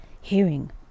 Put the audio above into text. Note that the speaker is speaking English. hearing